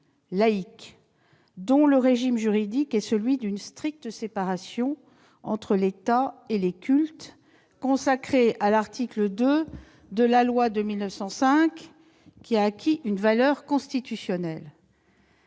laïque : son régime juridique est celui d'une stricte séparation entre l'État et les cultes. Cette séparation est consacrée par l'article 2 de la loi de 1905, qui a acquis une valeur constitutionnelle.